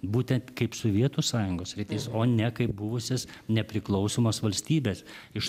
būtent kaip sovietų sąjungos sritis o ne kaip buvusias nepriklausomas valstybes iš